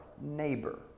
neighbor